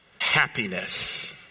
happiness